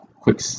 quick